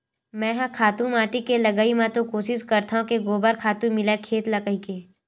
मेंहा खातू माटी के लगई म तो कोसिस करथव के गोबर खातू मिलय खेत ल कहिके